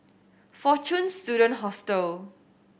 Fortune Student Hostel